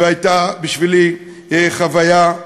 וזו הייתה בשבילי חוויה,